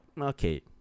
okay